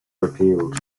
repealed